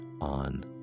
on